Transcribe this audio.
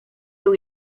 był